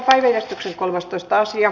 asian käsittely päättyi